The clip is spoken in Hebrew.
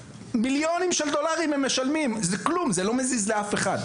מיליונים של דולרים הם משלמים וזה לא מזיז לאף אחד.